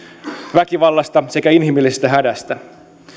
väkivallasta sekä inhimillisestä hädästä